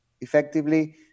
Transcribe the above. effectively